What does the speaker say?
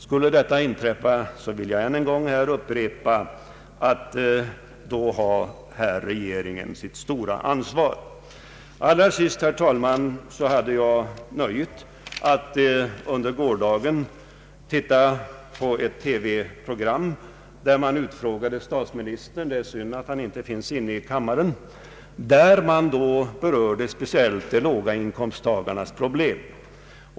Skulle detta inträffa vill jag upprepa att regeringen här har ett stort ansvar. Allra sist, herr talman, vill jag näm na att jag i går hade nöjet att titta på ett TV-program vari statsministern utfrågades — det är synd att han inte finns i kammaren — och där man speciellt berörde de låga inkomsttagarnas problem.